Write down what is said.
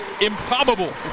improbable